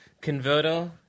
converter